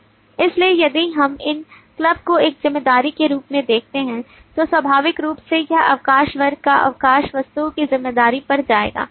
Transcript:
इसलिए यदि हम इन क्लब को एक जिम्मेदारी के रूप में देखते हैं तो स्वाभाविक रूप से यह अवकाश वर्ग या अवकाश वस्तुओं की जिम्मेदारी पर जाएगा